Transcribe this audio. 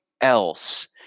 else